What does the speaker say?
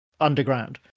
underground